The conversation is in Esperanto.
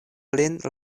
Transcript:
lin